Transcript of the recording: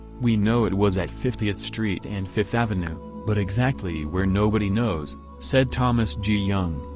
we know it was at fiftieth street and fifth avenue, but exactly where nobody knows, said thomas g. young,